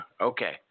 Okay